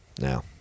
Now